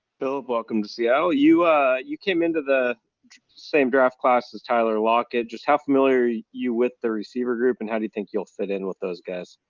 phil, welcome to seattle, you you came into the same draft class as tyler lockett. just how familiar are you with the receiver group and how do you think you'll fit in with those guys?